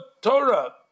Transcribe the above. Torah